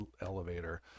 elevator